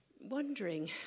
wondering